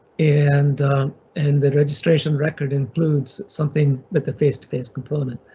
and and the registration record includes something with the face to face component.